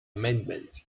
amendment